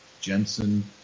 Jensen